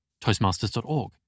toastmasters.org